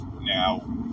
Now